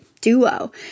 duo